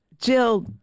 Jill